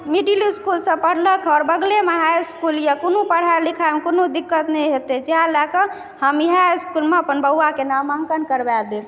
middle इसकुलसँ पढ़लक हँ आओर बगलेमे हाई इसकुल यऽ कोनो पढ़ाइ लिखाइ मे कोनो दिक्कत नहि हेतैक इएह लअ कऽ हम इएह इसकुलमे अपन बौआक नामाङ्कन करबाए देब